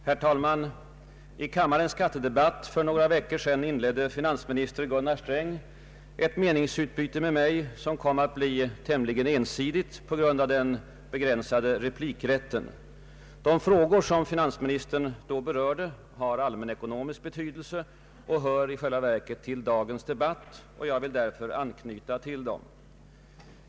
Herr talman! I kammarens skattedebatt för några veckor sedan inledde finansminister Gunnar Sträng ett meningsutbyte med mig som kom att bli tämligen ensidigt på grund av den begränsade replikrätten. De frågor som finansministern då berörde har allmänekonomisk betydelse och hör i själva verket till dagens debatt, och jag vill därför anknyta till dem.